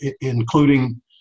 including